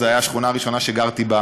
זאת הייתה השכונה הראשונה שגרתי בה,